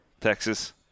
Texas